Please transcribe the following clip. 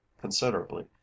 considerably